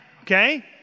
okay